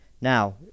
now